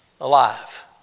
alive